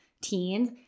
teens